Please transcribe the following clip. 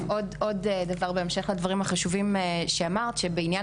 להוסיף בעניין